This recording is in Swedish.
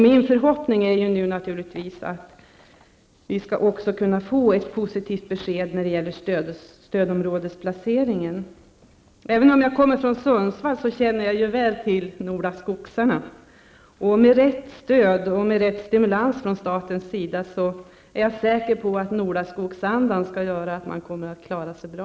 Min förhoppning är naturligtvis att också vi nu skall kunna få ett positivt besked beträffande stödområdesplaceringen. Även om jag kommer från Sundsvall känner jag väl till Nolaskogsborna. Jag är säker på att de med rätt stöd och rätt stimulans från statens sida och med sin Nolaskogsanda skall kunna klara sig bra.